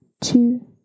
Two